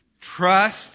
trust